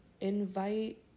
invite